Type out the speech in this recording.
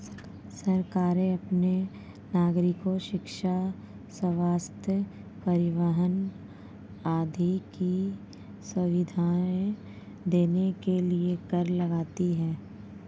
सरकारें अपने नागरिको शिक्षा, स्वस्थ्य, परिवहन आदि की सुविधाएं देने के लिए कर लगाती हैं